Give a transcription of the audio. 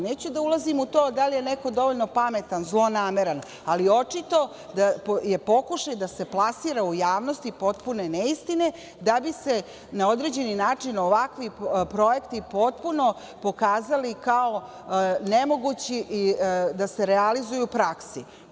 Neću da ulazim u to da li je neko dovoljno pametan, zlonameran, ali očito je pokušaj da se plasiraju u javnosti potpune neistine da bi se na određeni način ovakvi projekti potpuno pokazali kao nemogući da se realizuju u praksi.